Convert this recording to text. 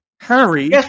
Harry